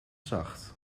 zacht